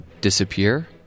disappear